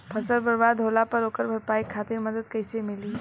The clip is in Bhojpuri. फसल बर्बाद होला पर ओकर भरपाई खातिर मदद कइसे मिली?